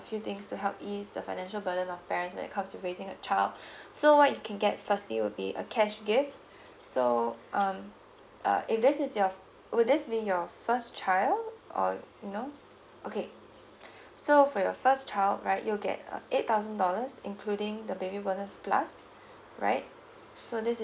few things to help ease the financial burden of parents that comes with raising a child so what you can get firstly will be a cash gift so um uh if this is your would this be your first child or you know okay so for your first child right you'll get uh eight thousand dollars including the baby bonus plus right so this